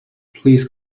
please